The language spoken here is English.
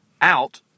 out